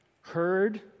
heard